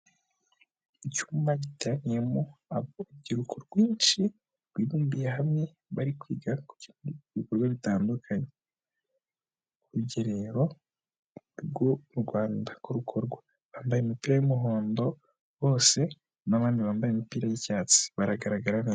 Icyumba giteraniyemo urubyiruko rwinshi rwibumbiye hamwe, bari kwiga ku bikorwa bitandukanye. Urugerero rw'u Rwanda uko rukorwa. Bambaye imipira y'umuhondo bose n'abandi bambaye imipira y'icyatsi baragaragara...